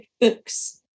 books